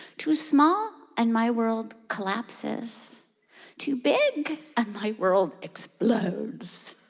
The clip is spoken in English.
too small, and my world collapses too big and my world explodes.